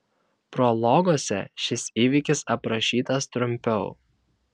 prologuose šis įvykis aprašytas trumpiau